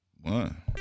One